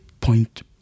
point